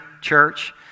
Church